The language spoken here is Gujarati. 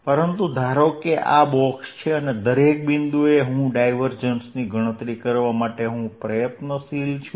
પરંતુ ધારો કે આ બોક્સ છે અને દરેક બિંદુએ હું ડાયવર્જન્સની ગણતરી કરવા માટે હું પ્રયત્નશીલ છું